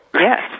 Yes